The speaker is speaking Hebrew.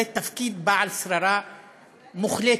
זה תפקיד של שררה מוחלטת,